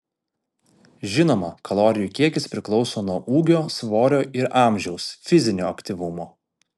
žinoma kalorijų kiekis priklauso nuo ūgio svorio ir amžiaus fizinio aktyvumo